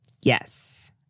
Yes